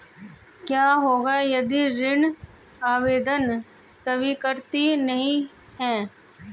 क्या होगा यदि ऋण आवेदन स्वीकृत नहीं है?